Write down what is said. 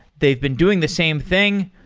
they've been doing the same thing,